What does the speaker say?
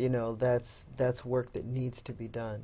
you know that's that's work that needs to be done